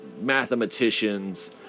mathematicians